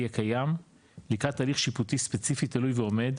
הקיים לקראת הליך שיפוטי ספציפי תלוי ועומד,